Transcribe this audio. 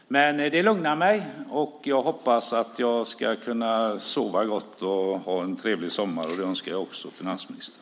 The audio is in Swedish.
Men detta besked lugnar mig, och jag hoppas att jag ska kunna sova gott och ha en trevlig sommar. Det önskar jag också finansministern.